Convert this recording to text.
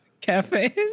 cafe